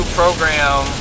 program